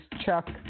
Chuck